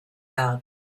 out